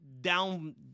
down